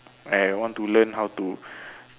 and I want to learn how to